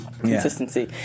consistency